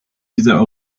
dieser